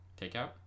Takeout